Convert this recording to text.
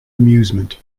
amusement